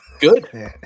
Good